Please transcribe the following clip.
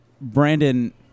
Brandon